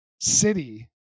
city